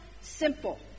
simple